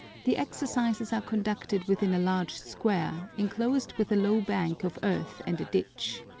the exercises are conducted within a large square, enclosed with a low bank of earth and a ditch.